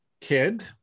kid